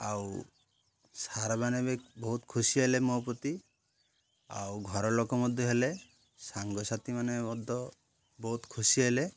ଆଉ ସାର୍ମାନେ ବି ବହୁତ୍ ଖୁସି ହେଲେ ମୋ ପ୍ରତି ଆଉ ଘରଲୋକ ମଧ୍ୟ ହେଲେ ସାଙ୍ଗସାଥିମାନେ ମଧ୍ୟ ବହୁତ ଖୁସି ହେଲେ